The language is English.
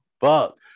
fuck